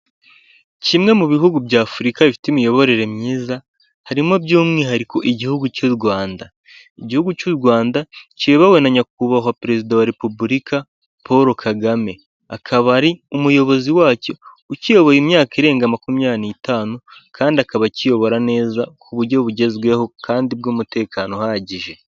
Kimwe mu bihugu bya Afurika bifite imiyoborere myiza, harimo by'umwihariko igihugu cy'u Rwanda, igihugu cy'u Rwanda, kiyobowe na nyakubahwa perezida wa repubulika Paul Kagame, akaba ari umuyobozi wa cyo ukiyoboye imyaka irenga makumya n'itanu, kandi akaba akiyobora neza, ku buryo bugezweho kandi bw'umutekano uhagije.